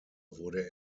wurde